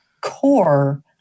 core